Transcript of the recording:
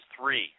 three